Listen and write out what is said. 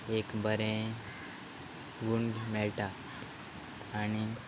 एक बरें गूण मेळटा आनी